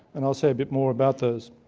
and i'll say a bit more about those.